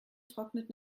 trocknet